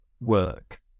work